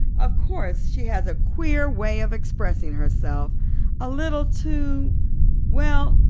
of course, she has a queer way of expressing herself a little too well,